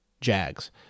Jags